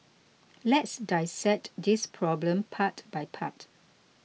let's dissect this problem part by part